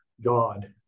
god